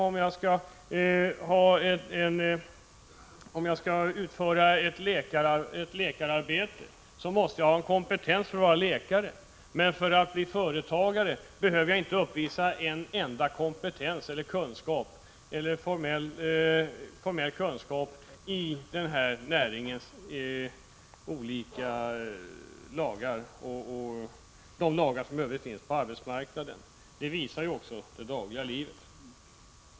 Om jag skall utföra ett läkararbete måste jag ha kompetens som läkare, men för att bli företagare behöver jag inte uppvisa någon som helst kompetens när det gäller den aktuella näringen och de lagar som i övrigt finns på arbetsmarknaden. Det visar ju det dagliga livet.